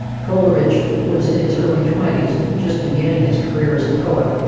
coleridge was in his early twenty s and just beginning his career as a poet.